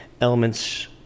Elements